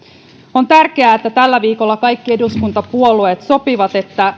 on tärkeää että tällä viikolla kaikki eduskuntapuolueet sopivat että